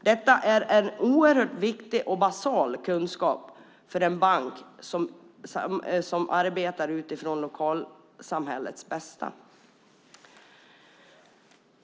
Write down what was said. Detta är en oerhört viktig och basal kunskap för en bank som arbetar utifrån lokalsamhällets bästa.